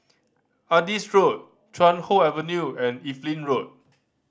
Adis Road Chuan Hoe Avenue and Evelyn Road